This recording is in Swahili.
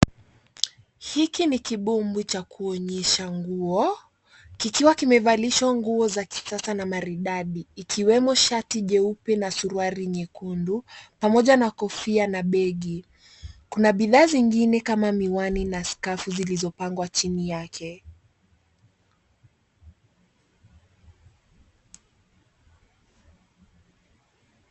Hiki ni kibumbwi cha kuonyesha nguo, kikiwa kimevalishwa nguo za kisasa na maridadi, ikiwemo shati jeupe na suruali nyekundu pamoja na kofia na begi. Kuna bidhaa zingine kama miwani na skafu zilizopangwa chini yake.